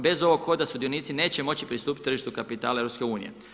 Bez ovog koda sudionici neće moći pristupiti tržištu kapitala EU.